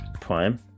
prime